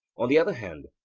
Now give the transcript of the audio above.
on the other hand,